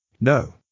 No